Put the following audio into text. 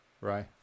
right